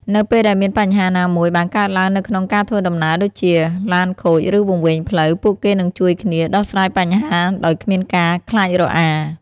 នៅពេលដែលមានបញ្ហាណាមួយបានកើតឡើងនៅក្នុងការធ្វើដំណើរ ដូចជាឡានខូចឬវង្វេងផ្លូវ ពួកគេនឹងជួយគ្នាដោះស្រាយបញ្ហាដោយគ្មានការខ្លាចរអា។